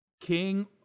King